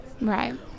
Right